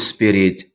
Spirit